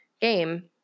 game